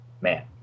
man